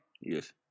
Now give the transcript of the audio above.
Yes